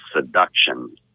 seduction